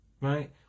right